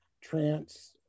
trans